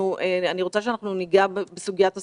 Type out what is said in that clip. ואני רוצה שאנחנו ניגע בסוגיית הסגר,